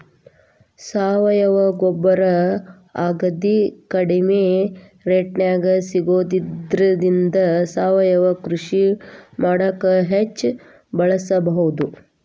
ಸಾವಯವ ಗೊಬ್ಬರ ಅಗದಿ ಕಡಿಮೆ ರೇಟ್ನ್ಯಾಗ ಸಿಗೋದ್ರಿಂದ ಸಾವಯವ ಕೃಷಿ ಮಾಡಾಕ ಹೆಚ್ಚ್ ಬಳಸಬಹುದು